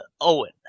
Owen